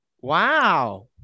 wow